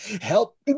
Help